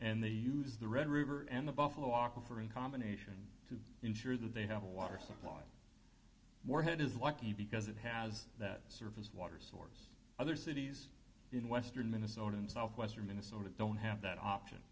and they use the red river and the buffalo walk over in combination to ensure that they have a water supply morehead is lucky because it has that surface water source other cities in western minnesota and south western minnesota don't have that option